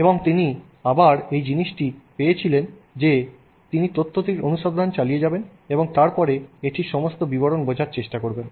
এবং তিনি আবার এই জিনিসটি পেয়েছিলেন যে তিনি তথ্যটির অনুসন্ধান চালিয়ে যাবেন এবং তারপরে এটির সমস্ত বিবরণ বোঝার চেষ্টা করবেন